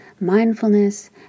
mindfulness